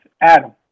Adam